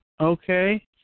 Okay